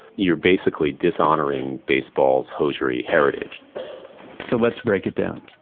you're basically dishonoring baseball's hosiery heritage so let's break it down.